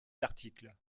d’articles